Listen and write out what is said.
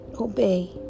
obey